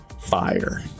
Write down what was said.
fire